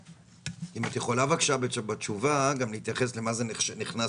אם את יכולה בבקשה בתשובה גם להתייחס למה נכנס